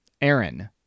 Aaron